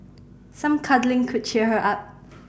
some cuddling could cheer her up